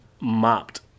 mopped